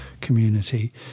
community